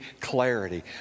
clarity